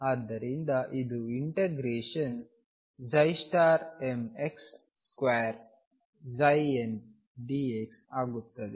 ಆದ್ದರಿಂದ ಇದು ∫mx2ndxಆಗುತ್ತದೆ